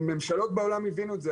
ממשלות בעולם הבינו את זה,